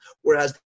whereas